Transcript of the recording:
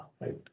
right